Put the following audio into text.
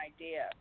idea